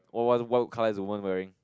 what what what colour the woman wearing